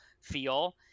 feel